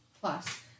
plus